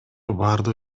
баардык